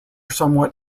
somewhat